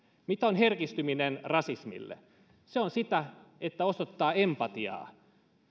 mitä on herkistyminen rasismille se on sitä että osoittaa empatiaa